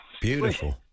beautiful